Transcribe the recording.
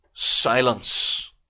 Silence